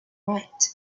right